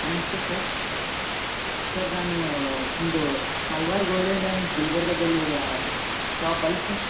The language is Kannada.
ನಮಸ್ತೆ ಸರ್ ಸರ್ ನಾನು ನಿಮ್ದು ಮಲಬಾರ್ ಗೋಲ್ಡ್ ಆ್ಯಂಡ್ ಡೈಮಂಡ್ಸ್ ಗುಲ್ಬರ್ಗದಲ್ಲಿರೋದ್ ಶಾಪ್ ಅಲ್ಲ ಸರ್